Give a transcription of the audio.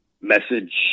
message